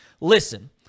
Listen